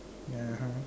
(uh huh)